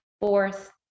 fourth